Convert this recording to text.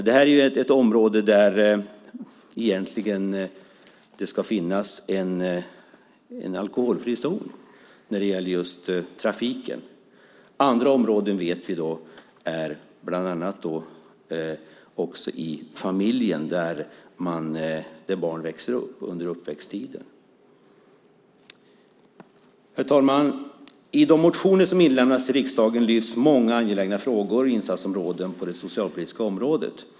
Det ska egentligen finnas en alkoholfri zon just i trafiken. Det gäller också familjer där barn växer upp. I de motioner som inlämnats till riksdagen lyfts många angelägna frågor och insatsområden på det socialpolitiska området upp.